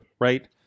right